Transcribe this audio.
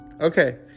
Okay